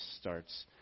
starts